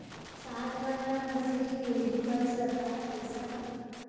किसान मन ला मशीन मिलही बर सरकार पईसा का?